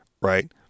Right